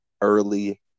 early